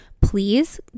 Please